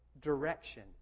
direction